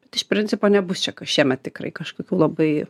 bet iš principo nebus čia kas šiemet tikrai kažkokių labai